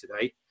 today